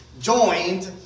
joined